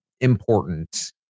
important